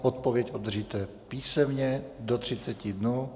Odpověď obdržíte písemně do 30 dnů.